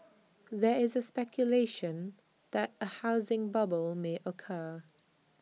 there is speculation that A housing bubble may occur